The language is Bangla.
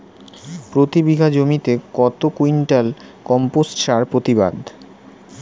প্রতি বিঘা জমিতে কত কুইন্টাল কম্পোস্ট সার প্রতিবাদ?